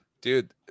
Dude